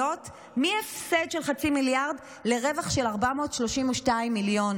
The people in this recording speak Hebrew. מהפסד של חצי מיליארד לרווח של 432 מיליון.